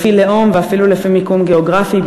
לפי לאום ואפילו לפי מיקום גיאוגרפי,